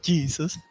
Jesus